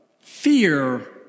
fear